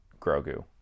Grogu